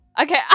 Okay